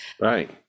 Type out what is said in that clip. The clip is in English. Right